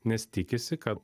nes tikisi kad